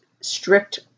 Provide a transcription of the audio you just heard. strict